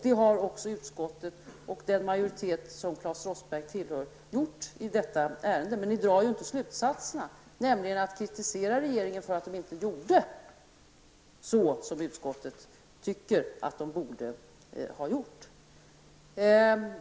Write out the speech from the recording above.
Det har också utskottet och den majoritet som Claes Roxbergh tillhör gjort i detta ärende. Men ni drar ju inte slutsatserna, nämligen att kritisera regeringen för att den inte gjorde som utskottet tycker att regeringen borde ha handlat.